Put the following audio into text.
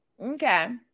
Okay